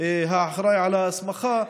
האחראי להסמכה,